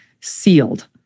sealed